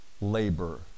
Labor